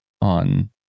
on